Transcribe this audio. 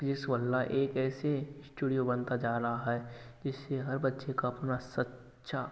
physics Wallah एक ऐसे studio बनता जा रहा है जिससे हर बच्चे का अपना सच्चा